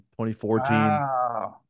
2014